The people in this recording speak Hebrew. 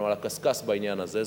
אנחנו על הקשקש בעניין הזה.